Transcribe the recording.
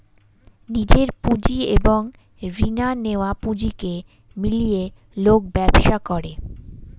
নিজের পুঁজি এবং রিনা নেয়া পুঁজিকে মিলিয়ে লোক ব্যবসা করে